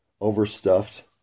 overstuffed